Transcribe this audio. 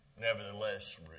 nevertheless